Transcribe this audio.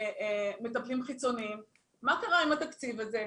מה קרה עם התקציב הזה?